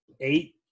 eight